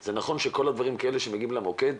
זה נכון שכל הדברים שמגיעים למוקד,